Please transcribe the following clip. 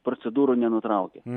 procedūrų nenutraukia